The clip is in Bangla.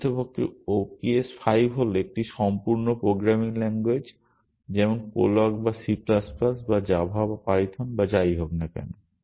প্রকৃতপক্ষে ops 5 হল একটি সম্পূর্ণ প্রোগ্রামিং ল্যাঙ্গুয়েজ যেমন প্রোলগ বা সি প্লাস প্লাস বা জাভা বা পাইথন বা যাই হোক না কেন